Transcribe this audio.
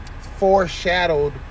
foreshadowed